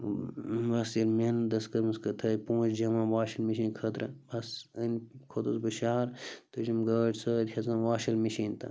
بَس ییٚلہِ محنت ٲس کٔرمٕژ کٔہ تھٲے پونٛسہٕ جَمع واشِنٛگ مِشیٖن خٲطرٕ بَس أنۍ کھوٚتُس بہٕ شَہر تُجِم گٲڑۍ سۭتۍ ہیٚژٕم واشِنٛگ مِشیٖن تہٕ